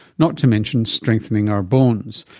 not to mention strengthening our bones.